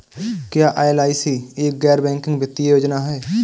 क्या एल.आई.सी एक गैर बैंकिंग वित्तीय योजना है?